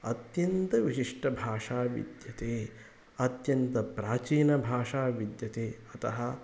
अत्यन्तविशिष्टभाषा विद्यते अत्यन्तप्राचीनभाषा विद्यते अतः